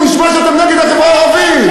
זה נשמע שאתם נגד החברה הערבית.